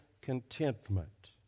contentment